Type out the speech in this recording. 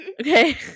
Okay